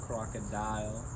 Crocodile